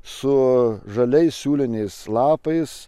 su žaliais siūliniais lapais